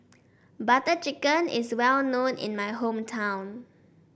Butter Chicken is well known in my hometown